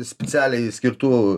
specialiai skirtų